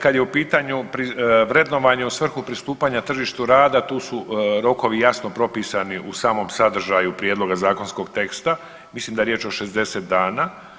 Kad je u pitanju vrednovanje u svrhu pristupanja tržištu rada, tu su rokovi jasno propisani u samom sadržaju prijedloga zakonskog teksta, mislim da je riječ o 60 dana.